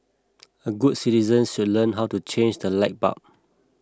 a good citizens should learn how to change the light bulb